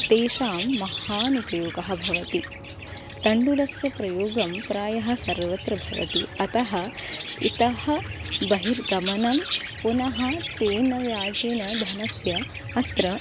तेषां महान् उपयोगः भवति तण्डुलस्य प्रयोगं प्रायः सर्वत्र भवति अतः इतः बहिर्गमनं पुनः तेन व्याजेन धनस्य अत्र